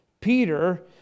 Peter